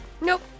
Nope